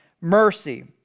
mercy